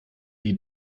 die